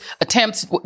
attempts